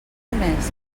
més